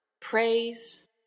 Praise